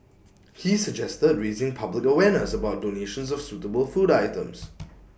he suggested raising public awareness about donations of suitable food items